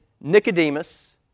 Nicodemus